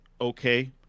okay